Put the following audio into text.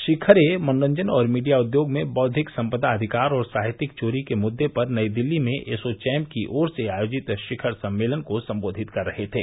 श्री खरे मनोरंजन और मीडिया उद्योग में बौद्धिक सपंदा अधिकार और साहित्यिक चोरी के मुझें पर नई दिल्ली में एसोचैम की ओर से आयोजित शिखर सम्मेलन को संबोधित कर रहे थे